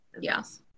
Yes